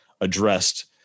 addressed